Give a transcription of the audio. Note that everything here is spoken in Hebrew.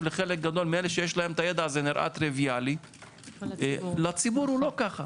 לחלק גדול מאלה שיש להם הידע הזה נראה טריוויאלי - לציבור הוא לא כך.